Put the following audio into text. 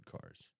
cars